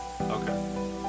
Okay